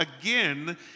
again